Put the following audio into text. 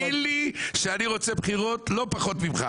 תאמין לי שאני רוצה בחירות לא פחות ממך